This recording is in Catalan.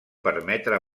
permetre